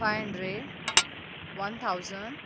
five hundred one thousand